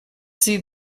see